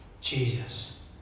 Jesus